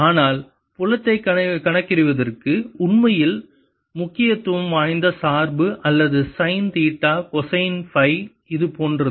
ஆனால் புலத்தை கணக்கிடுவதற்கு உண்மையில் முக்கியத்துவம் வாய்ந்த சார்பு அல்லது சைன் தீட்டா கொசைன் சை இது போன்றது